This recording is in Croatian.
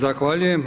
Zahvaljujem.